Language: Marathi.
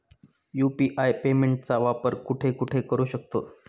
यु.पी.आय पेमेंटचा वापर कुठे कुठे करू शकतो?